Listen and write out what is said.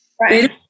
Right